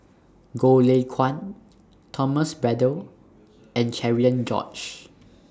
Goh Lay Kuan Thomas Braddell and Cherian George